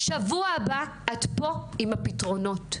בשבוע הבא את פה עם הפתרונות.